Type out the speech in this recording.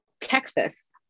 Texas